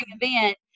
event